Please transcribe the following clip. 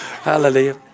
Hallelujah